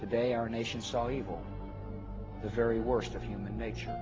today our nation saw evil the very worst of human nature